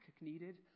needed